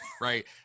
right